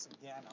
again